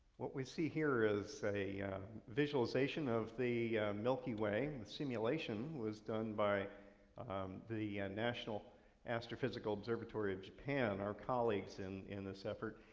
what we see here is a visualization of the milky way. and the simulation was done by um the ah national astrophysical observatory of japan, our colleagues in in this effort.